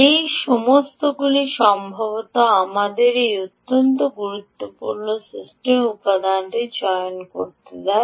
এই সমস্তগুলি সম্ভবত আমাদের এই অত্যন্ত গুরুত্বপূর্ণ সিস্টেম উপাদানটি চয়ন করতে দেয়